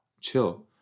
Chill